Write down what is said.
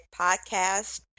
podcast